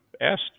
asked